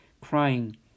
crying